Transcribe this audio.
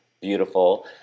beautiful